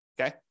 okay